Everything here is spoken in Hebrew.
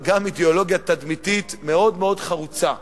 אבל גם אידיאולוגיה תדמיתית מאוד מאוד חרוצה.